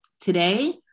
Today